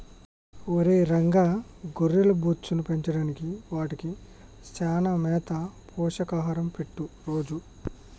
ఒరై రంగ గొర్రెల బొచ్చును పెంచడానికి వాటికి చానా మేత పోషక ఆహారం పెట్టు రోజూ